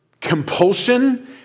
compulsion